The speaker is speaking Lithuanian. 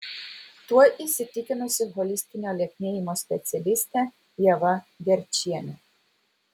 tuo įsitikinusi holistinio lieknėjimo specialistė ieva gerčienė